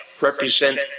represent